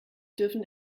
dürfen